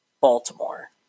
Baltimore